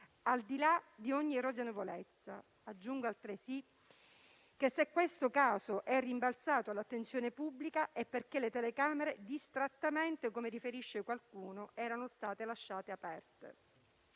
al di là di ogni ragionevolezza. Aggiungo altresì che, se questo caso è rimbalzato all'attenzione pubblica, è perché le telecamere distrattamente - come riferisce qualcuno - erano state lasciate aperte.